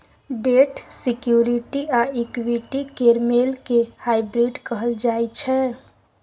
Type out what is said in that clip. date security आ equity केर मेल केँ हाइब्रिड कहल जाइ छै